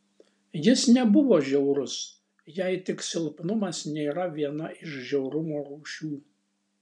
jis nebuvo žiaurus jei tik silpnumas nėra viena iš žiaurumo rūšių